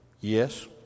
yes